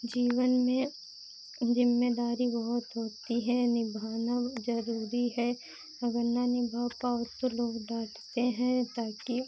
जीवन में ज़िम्मेदारी बहुत होती है निभाना ज़रूरी है अगर ना निभा पाओ तो लोग डाँटते है ताकि